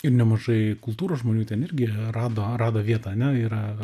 ir nemažai kultūros žmonių ten irgi rado rado vietą ane yra